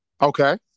Okay